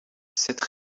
cette